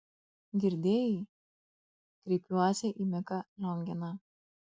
girdėjai kreipiuosi į miką lionginą